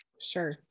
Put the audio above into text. sure